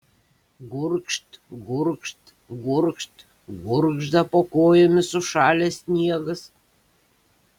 gurgžt gurgžt gurgžt gurgžda po kojomis sušalęs sniegas